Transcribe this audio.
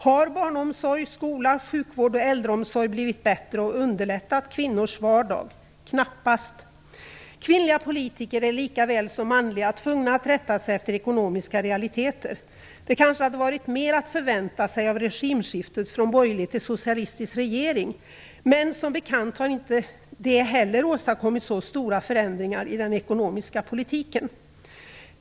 Har barnomsorg, skola, sjukvård och äldreomsorg blivit bättre och underlättat kvinnors vardag? Knappast. Kvinnliga politiker är lika väl som manliga tvungna att rätta sig efter ekonomiska realiteter. Det kanske hade varit mer att förvänta sig av regimskiftet från borgerlig till socialistisk regering, men som bekant har inte det heller åstadkommit så stora förändringar i den ekonomiska politiken.